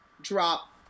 drop